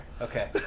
Okay